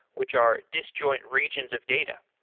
which are disjoint regions of data.